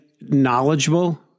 knowledgeable